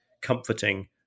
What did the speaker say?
comforting